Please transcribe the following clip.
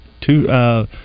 two